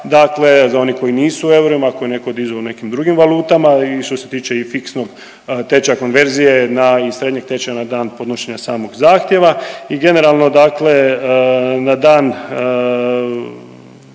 dakle za one koji u eurima, ako netko i diže u nekim drugim valutama i što se tiče i fiksnog tečaja konverzije i srednjeg tečaja na dan podnošenja samog zahtjeva i generalno, dakle na dan